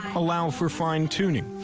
allow for fine-tuning.